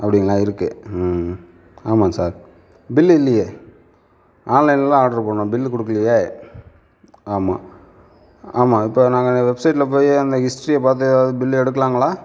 அப்படிங்களா இருக்கு ஆமாங்க சார் பில் இல்லையே ஆன்லைனில் தான் ஆடரு பண்ணோம் பில் கொடுக்கலையே ஆமாம் ஆமாம் இப்போது நாங்கள் வெப்சைட்டில் போய் அந்த ஹிஸ்ட்ரியை பார்த்து எதாவது பில் எடுக்கலாங்களா